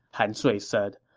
han sui said.